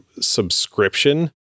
subscription